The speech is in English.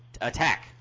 attack